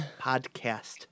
Podcast